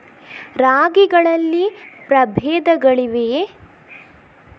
ರಾಗಿಗಳಲ್ಲಿ ಪ್ರಬೇಧಗಳಿವೆಯೇ?